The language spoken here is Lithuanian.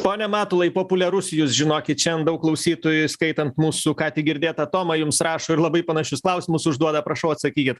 pone matulai populiarus jūs žinokit šiandien daug klausytojų įskaitant mūsų ką tik girdėtą tomą jums rašo ir labai panašius klausimus užduoda prašau atsakykit